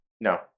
No